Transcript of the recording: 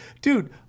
dude